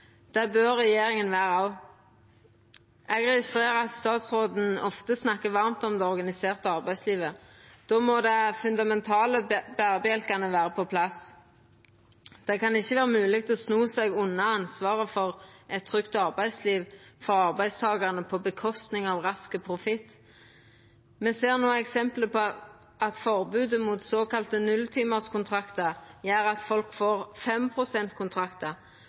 Det bør regjeringa vera òg. Eg registrerer at statsråden ofte snakkar varmt om det organiserte arbeidslivet. Då må dei fundamentale berebjelkane vera på plass. Det kan ikkje vera mogleg å sno seg unna ansvaret for eit trygt arbeidsliv for arbeidstakarane på kostnad av rask profitt. Me ser no eksempel på at forbodet mot såkalla nulltimerskontraktar gjer at folk får